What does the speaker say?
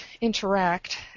interact